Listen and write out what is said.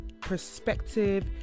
perspective